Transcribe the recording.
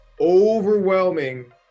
overwhelming